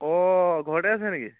অঁ ঘৰতে আছে নেকি